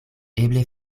eble